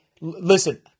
listen